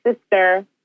sister